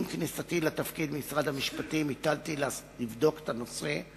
עם כניסתי לתפקיד במשרד המשפטים הטלתי לבדוק את הנושא,